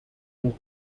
drink